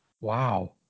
Wow